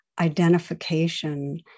identification